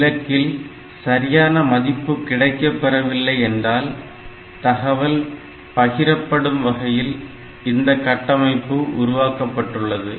இலக்கில் சரியான மதிப்பு கிடைக்கப் பெறவில்லை என்றால் தகவல் பகிரப்படும் வகையில் இந்த கட்டமைப்பு உருவாக்கப்பட்டுள்ளது